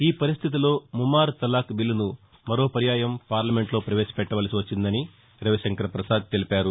ఈ పరిస్గితిలో ముమ్మారు తలాక్ బిల్లును మరో పర్యాయం పార్లమెంటులో ప్రవేశ పెట్లవలసి వచ్చిందని రవిశంకర్ ప్రసాద్ తెలిపారు